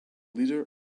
leader